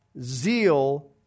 zeal